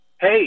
Hey